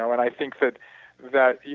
i think that that,